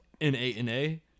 N-A-N-A